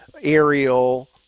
aerial